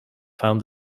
found